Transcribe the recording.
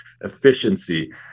efficiency